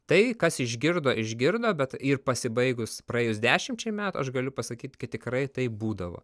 tai kas išgirdo išgirdo bet ir pasibaigus praėjus dešimčiai metų aš galiu pasakyt kad tikrai taip būdavo